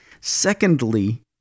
Secondly